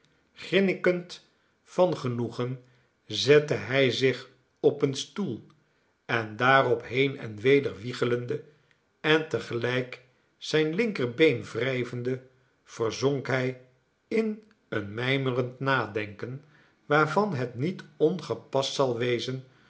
grinnekend van genoegen zette hij zich op een stoel en daarop heen en weder wiegelende en tegelijk zijn linker been wrijvende verzonk hij in een mijmerend nadenken waarvan het niet ongepast zal wezen